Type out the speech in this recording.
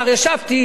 ישבתי אתו,